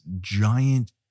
giant